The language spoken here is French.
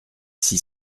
six